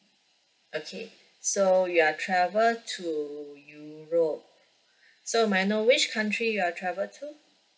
okay so you're travel to europe so may I know which country you're travel to